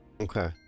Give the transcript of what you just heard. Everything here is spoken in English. Okay